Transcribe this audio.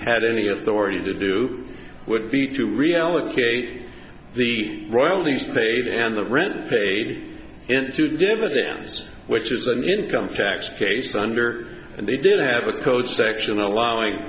had any authority to do would be to reallocate the royalties paid and the rent paid into dividends which is an income tax case under and they did have a code section allowing